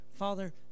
Father